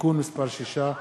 (תיקון מס' 6),